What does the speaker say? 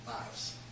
lives